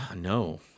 No